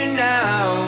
now